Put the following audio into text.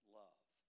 love